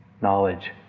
knowledge